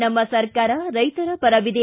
ನಮ್ಮ ಸರಕಾರ ರೈತರ ಪರವಿದೆ